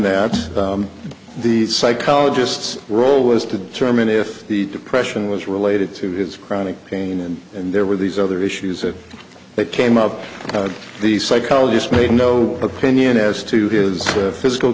that the psychologists role was to determine if the depression was related to his chronic pain and and there were these other issues that came up the psychologist made no opinion as to his physical